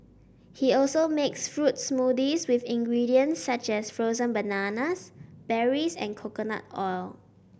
he also makes fruits smoothies with ingredients such as frozen bananas berries and coconut oil